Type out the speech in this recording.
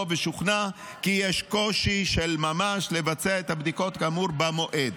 ושוכנע כי יש קושי של ממש לבצע את הבדיקות כאמור במועד.